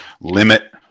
Limit